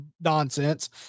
nonsense